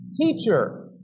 teacher